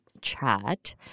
chat